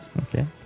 Okay